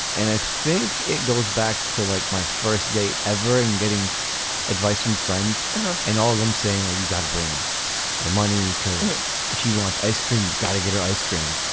and i think it goes back to like my first date ever in getting advice from friends and all of them saying like you've got to bring your money cause if you want ice cream you've gotta get her ice cream.